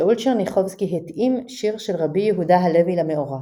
שאול טשרניחובסקי התאים שיר של רבי יהודה הלוי למאורע